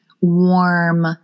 warm